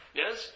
yes